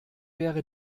wäre